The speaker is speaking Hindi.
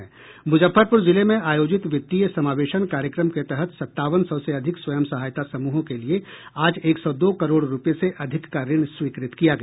मुजफ्फरपुर जिले में आयोजित वित्तीय समावेशन कार्यक्रम के तहत सतावन सौ से अधिक स्वंय सहायता समूहों के लिए आज एक सौ दो करोड़ रूपये से अधिक का ऋण स्वीकृत किया गया